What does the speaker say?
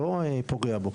ולא פוגע בו,